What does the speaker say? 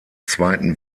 zweiten